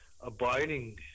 abiding